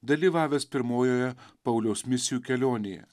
dalyvavęs pirmojoje pauliaus misijų kelionėje